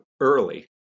early